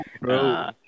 bro